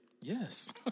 Yes